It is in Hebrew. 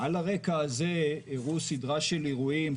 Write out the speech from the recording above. על הרקע הזה אירעה סדרה של אירועים,